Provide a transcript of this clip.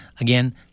Again